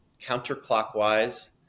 Counterclockwise